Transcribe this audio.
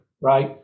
right